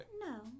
No